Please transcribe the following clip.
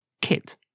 Kit